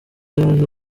yaje